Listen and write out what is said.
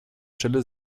stelle